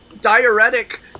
Diuretic